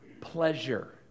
pleasure